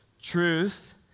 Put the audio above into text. truth